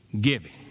giving